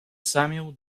samuel